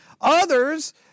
Others